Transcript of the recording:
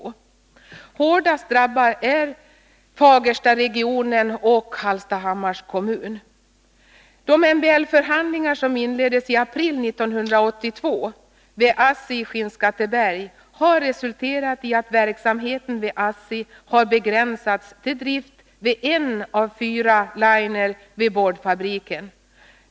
Hårdast drabbade är Fagerstaregionen och Hallstahammars kommun. De MBL-förhandlingar som inleddes i april 1982 vid ASSI i Skinnskatteberg har resulterat i att verksamheten vid ASSI begränsats till drift vid en av fyra linjer vid boardfabriken.